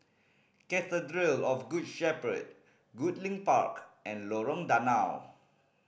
Cathedral of Good Shepherd Goodlink Park and Lorong Danau